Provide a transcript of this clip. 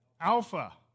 Alpha